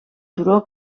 turó